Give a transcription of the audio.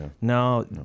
No